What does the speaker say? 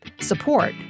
support